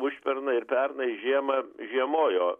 užpernai ir pernai žiemą žiemojo